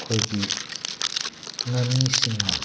ꯑꯩꯈꯣꯏꯒꯤ ꯉꯥꯃꯤꯁꯤꯡꯅ